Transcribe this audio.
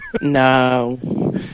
No